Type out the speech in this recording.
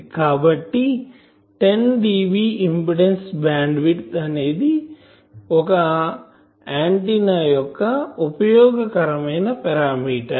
కాబట్టి 10dB impedance bandwidth అనేది ఒక ఆంటిన్నా యొక్క ఒక ఉపయోగకరమైన పారామీటర్